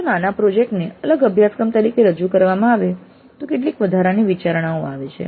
જો નાના પ્રોજેક્ટ ને અલગ અભ્યાસક્રમ તરીકે રજૂ કરવામાં આવે તો કેટલીક વધારાની વિચારણાઓ આવે છે